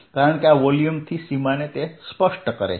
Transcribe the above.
કારણ કે આ વોલ્યુમની સીમાને તે સ્પષ્ટ કરે છે